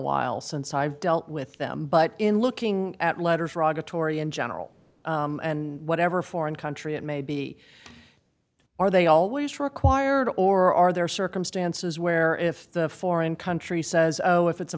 while since i've dealt with them but in looking at letters or auditory in general and whatever foreign country it may be are they always required or are there circumstances where if the foreign country says oh if it's a